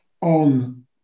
on